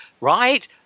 right